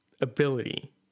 ability